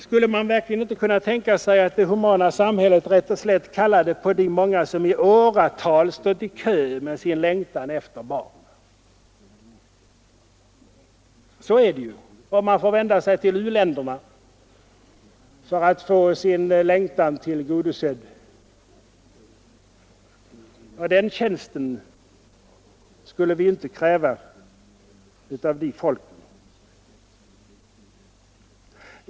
Och borde vi inte kunna tänka oss att det humana samhället rätt och slätt kallade på de många som i åratal stått i kö med sin längtan efter barn? Så är det ju, och de får vända sig till u-länderna för att få sin längtan tillfredsställd. Den tjänsten borde vi inte kräva av de folken.